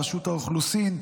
רשות האוכלוסין,